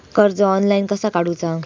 कर्ज ऑनलाइन कसा काडूचा?